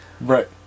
Right